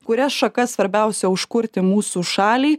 kurias šakas svarbiausia užkurti mūsų šalį